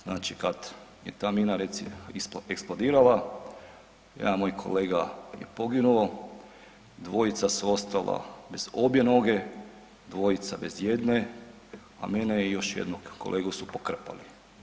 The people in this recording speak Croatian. Znači kad je ta mina reci eksplodirala jedan moj kolega je poginuo, dvojica su ostala bez obje noge, dvojica bez jedne, a mene i još jednog kolegu su pokrpali.